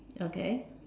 okay